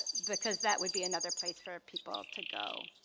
because that would be another place for people to go.